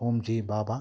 Homi J Baba